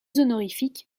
honorifique